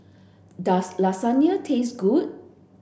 does Lasagne taste good